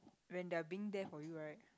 when they are being there for you right